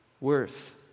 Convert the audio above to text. worth